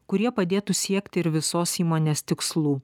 kurie padėtų siekti ir visos įmonės tikslų